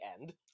end